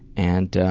and